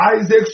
Isaac